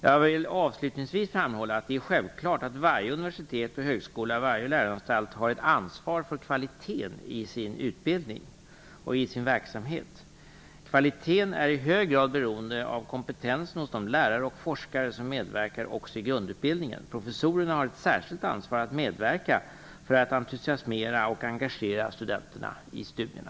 Jag vill avslutningsvis framhålla att det är självklart att varje universitet, högskola och läroanstalt har ansvar för kvaliteten i sin utbildning och i sin verksamhet. Kvaliteten är i hög grad beroende av kompetensen hos de lärare och forskare som medverkar också i grundutbildningen. Professorerna har ett särskilt ansvar att medverka för att entusiasmera och engagera studenterna i studierna.